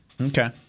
Okay